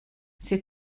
ses